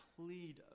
plead